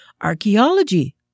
Archaeology